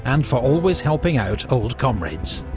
and for always helping out old comrades.